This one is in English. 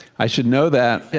i should know that.